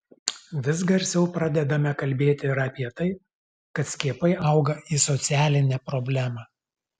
vis garsiau pradedame kalbėti ir apie tai kad skiepai auga į socialinę problemą